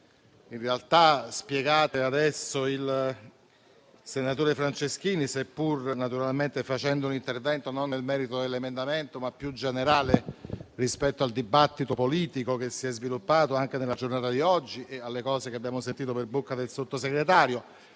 le ha spiegate adesso il senatore Franceschini, seppur facendo un intervento non nel merito dell'emendamento, ma più generale rispetto al dibattito politico che si è sviluppato anche nella giornata di oggi e alle cose che abbiamo sentito dire dal Sottosegretario.